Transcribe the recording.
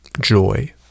joy